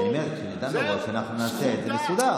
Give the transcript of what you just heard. אז אני אומר שנדע מראש, כדי שנעשה את זה מסודר.